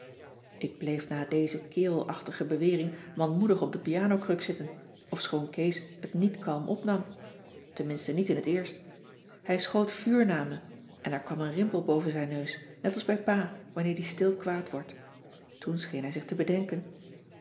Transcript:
ik bleef na deze kerelachtige bewering manmoedig op de pianokruk zitten ofschoon kees het niet kalm opnam tenminste niet in t eerst hij schoot vuur naar me en er kwam een rimpel boven zijn neus net als bij pa wanneer die stil kwaad wordt toen scheen hij zich te bedenken